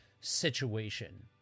situation